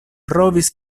provis